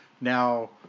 now